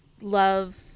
love